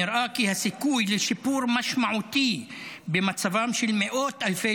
נראה כי הסיכוי לשיפור משמעותי במצבם של מאות אלפי